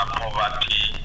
poverty